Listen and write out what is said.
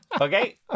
Okay